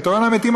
הפתרון האמיתי,